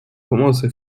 pomocy